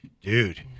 dude